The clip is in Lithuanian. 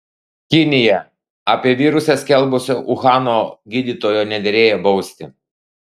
kinija apie virusą skelbusio uhano gydytojo nederėjo bausti